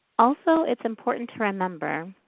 also, it's important to remember,